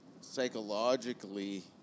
psychologically